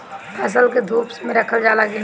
फसल के धुप मे रखल जाला कि न?